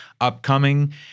upcoming